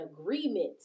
agreement